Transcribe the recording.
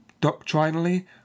doctrinally